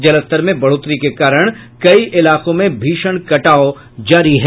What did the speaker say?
जलस्तर में बढ़ोतरी के कारण कई इलाकों में भीषण कटाव जारी है